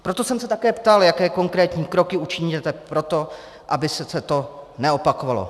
Proto jsem se také ptal, jaké konkrétní kroky učiníte pro to, aby se to neopakovalo.